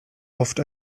oft